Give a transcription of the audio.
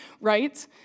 right